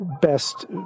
best